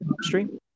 stream